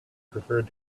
preferred